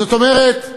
זאת אומרת,